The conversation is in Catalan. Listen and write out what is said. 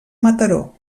mataró